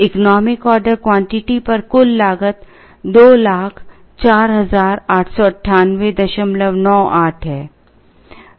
economic order quantity पर कुल लागत 20489898 है